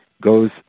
goes